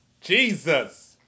jesus